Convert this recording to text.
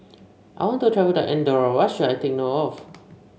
I want to travel to Andorra what should I take note of